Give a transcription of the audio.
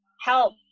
help